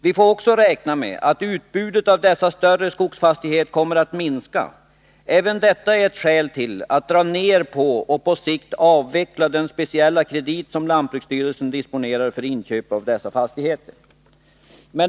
Vi får också räkna med att utbudet av dessa större skogsfastigheter kommer att minska. Även detta är ett skäl till att dra ner på och på sikt avveckla den speciella kredit som lantbruksstyrelsen disponerar för inköp av dessa fastigheter.